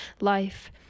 life